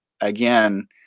again